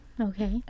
okay